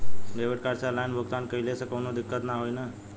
Debit card से online भुगतान कइले से काउनो दिक्कत ना होई न?